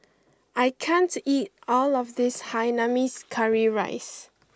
I can't eat all of this Hainanese Curry Rice